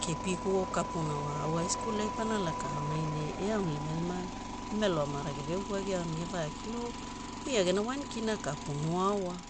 Kepikuo kapuna wa au high school ai pana laka aonai ne eaunilimalima emelo amara geveuguagiao ne gevakilaao, o oi ia gena wankina ka pono aoa,